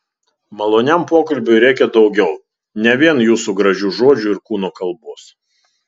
maloniam pokalbiui reikia daugiau ne vien jūsų gražių žodžių ir kūno kalbos